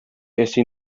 ezin